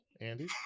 Andy